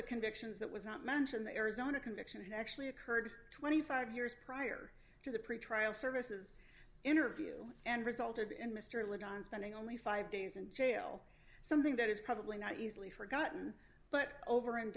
the convictions that was not mentioned the arizona conviction actually occurred twenty five years prior to the pretrial services interview and resulted in mr logan spending only five days in jail something that is probably not easily forgotten but over and